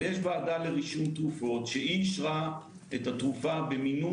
אבל יש ועדה לרישום תרופות שאישרה את התרופה במינון